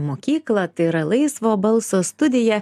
mokyklą tai yra laisvo balso studija